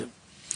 זהו.